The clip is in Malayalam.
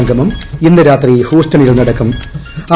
സംഗമം ഇന്ന് രാത്രി ഹൂസ്റ്റണിൽ നടക്കൂം